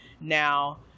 Now